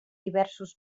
diversos